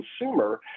consumer